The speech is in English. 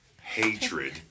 hatred